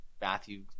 Matthew